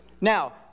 Now